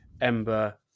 Ember